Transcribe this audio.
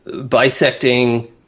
bisecting